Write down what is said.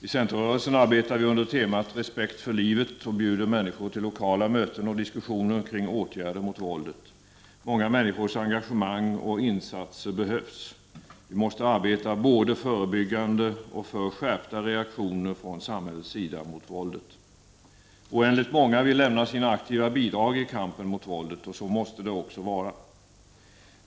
I centerrörelsen arbetar vi under temat respekt för livet och bjuder människor till lokala möten och diskussioner kring åtgärder mot våldet. Många människors engagemang och insatser behövs. Vi måste både arbeta förebyggande och för skärpta reaktioner från samhällets sida mot våldet. Oändligt många vill lämna sina aktiva bidrag i kampen mot våldet. Så måste det också vara.